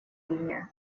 линия